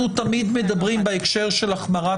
אנחנו תמיד מדברים בהקשר של החמרת